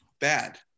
bad